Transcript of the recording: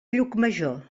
llucmajor